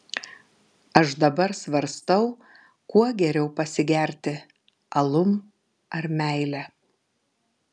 aš dabar svarstau kuo geriau pasigerti alum ar meile